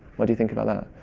what do you think about that?